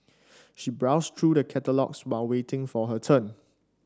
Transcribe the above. she browsed through the catalogues while waiting for her turn